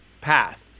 path